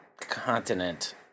continent